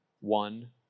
one